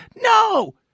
No